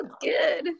good